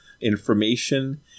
information